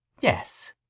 yes